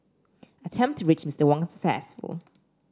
attempt to reach Mister Wang's successful